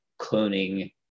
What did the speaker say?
cloning